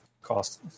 cost